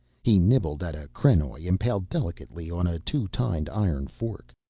he nibbled at a krenoj impaled delicately on a two-tined iron fork.